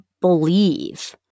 believe